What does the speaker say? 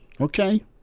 Okay